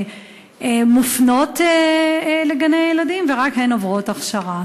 מופנות לגני-ילדים ורק הן עוברות הכשרה?